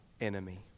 enemy